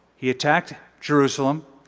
he attacked jerusalem,